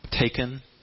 taken